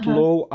low